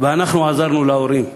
ואנחנו עזרנו להורים.